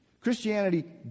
christianity